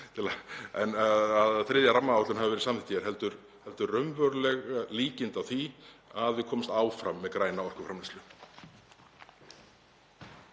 hvort þriðja rammaáætlun hafi verið samþykkt hér heldur raunveruleg líkindi á því að við komumst áfram með græna orkuframleiðslu.